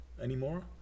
anymore